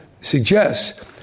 suggests